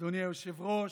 אדוני היושב-ראש,